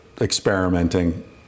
experimenting